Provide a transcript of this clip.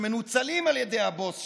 שמנוצלים על ידי הבוס שלו,